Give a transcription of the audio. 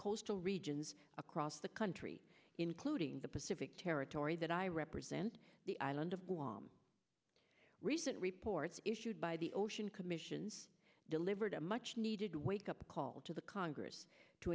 coastal regions across the country including the pacific territory that i represent the island of guam recent reports issued by the ocean commission's delivered a much needed wake up call to the congress to